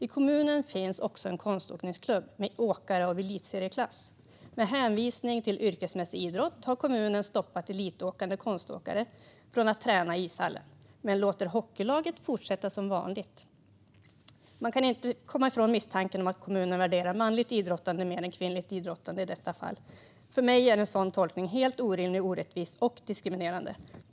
I kommunen finns också en konståkningsklubb med åkare av elitserieklass. Med hänvisning till yrkesmässig idrott har kommunen stoppat elitåkande konståkare från att träna i ishallen men låter hockeylaget fortsätta som vanligt. Man kommer inte ifrån misstanken att kommunen värderar manligt idrottande mer än kvinnligt idrottande i detta fall. För mig är denna tolkning helt orimlig, orättvis och diskriminerande.